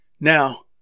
Now